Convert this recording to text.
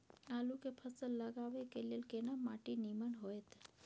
आलू के फसल लगाबय के लेल केना माटी नीमन होयत?